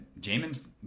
Jamin's